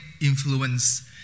influence